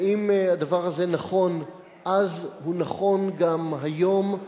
ואם הדבר הזה היה נכון אז, הוא נכון גם היום.